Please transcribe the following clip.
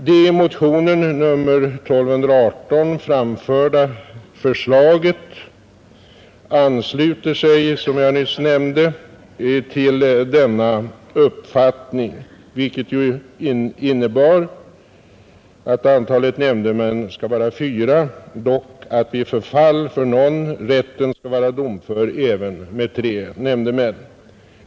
Det i motionen 1218 framförda förslaget ansluter sig, som jag nyss nämnde, till denna uppfattning, vilket innebär att antalet nämndemän skall vara fyra, dock att vid förfall för någon rätten skall vara domför även med tre nämndemän.